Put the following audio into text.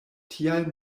tial